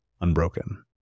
unbroken